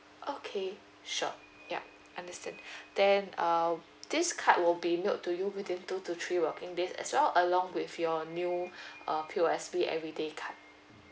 okay sure yup understand then uh this card will be mailed to you within two to three working days as well along with your new uh P_O_S_B everyday card